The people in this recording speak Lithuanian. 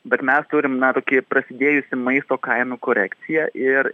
bet mes turim na tokį prasidėjusį maisto kainų korekciją ir